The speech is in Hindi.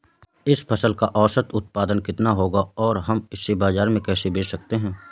इस फसल का औसत उत्पादन कितना होगा और हम इसे बाजार में कैसे बेच सकते हैं?